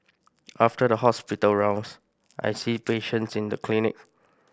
after the hospital rounds I see patients in the clinic